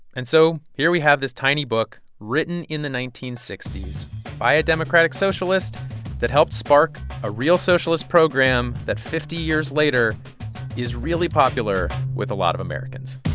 and so here we have this tiny book written in the nineteen sixty s by a democratic socialist that helped spark a real socialist program that fifty years later is really popular with a lot of americans